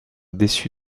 déçu